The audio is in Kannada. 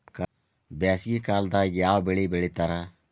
ಬ್ಯಾಸಗಿ ಕಾಲದಾಗ ಯಾವ ಬೆಳಿ ಬೆಳಿತಾರ?